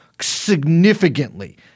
significantly